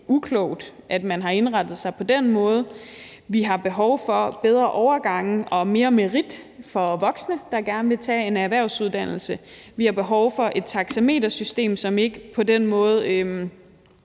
at man har indrettet sig på den måde. Vi har behov for bedre overgange og mere merit for voksne, der gerne vil tage en erhvervsuddannelse. Vi har behov for et taxametersystem, som ikke på den måde